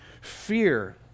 fear